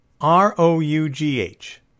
R-O-U-G-H